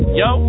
yo